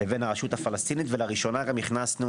לבין הרשות הפלסטינית ולראשונה הכנסנו